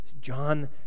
John